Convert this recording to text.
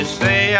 say